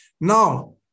Now